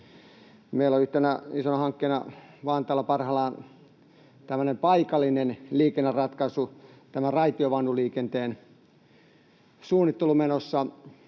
Meillä on yhtenä isona hankkeena Vantaalla parhaillaan tämmöinen paikallinen liikenneratkaisu, tämä raitiovaunuliikenteen suunnittelu, menossa